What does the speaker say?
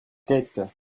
tête